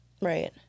Right